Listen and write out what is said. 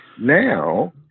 Now